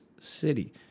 city